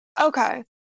Okay